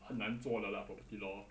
很难做的 lah property law